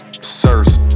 Sirs